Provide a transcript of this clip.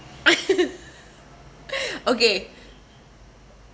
okay